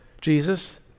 Jesus